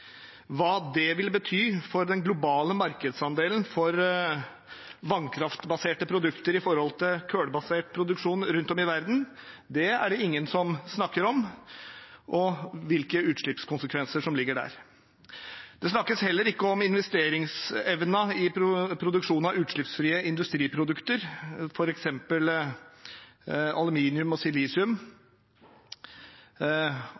Hva det vil bety for den globale markedsandelen for vannkraftbaserte produkter i forhold til kullbasert produksjon rundt om i verden, er det ingen som snakker om, eller hvilke utslippskonsekvenser som ligger der. Det snakkes heller ikke om investeringsevnen i produksjonen av utslippsfrie industriprodukter, f.eks. aluminium og silisium,